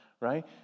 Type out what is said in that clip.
right